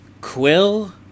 Quill